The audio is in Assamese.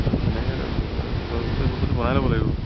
তেনেকে তই গোটেই বস্তুটো বনাই ল'ব লাগিব